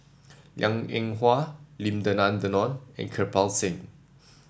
Liang Eng Hwa Lim Denan Denon and Kirpal Singh